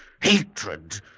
Hatred